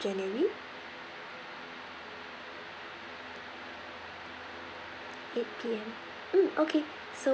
january eight P_M mm okay so